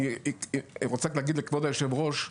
אני רוצה להגיד לכבוד היושב-ראש,